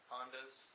Hondas